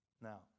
now